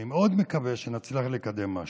אני מאוד מקווה שנצליח לקדם משהו.